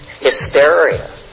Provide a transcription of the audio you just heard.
hysteria